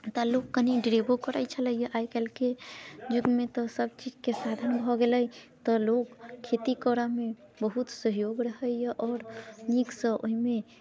तऽ लोक कनि डरेबो करैत छलैया आइ कल्हिके युगमे तऽ खेती सभचीज के साधन भऽ गेलै हँ तऽ लोक खेती करऽ मे बहुत सहयोग रहैया आओर नीकसँ ओहिमे